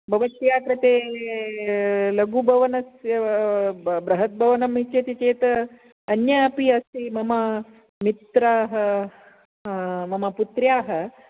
भवत्याः कृते लघुभवनस्य बृहत् भवनम् इच्छति चेत् अन्या अपि अस्ति मम मित्रं मम पुत्र्याः